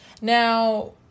Now